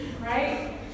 right